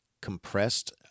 compressed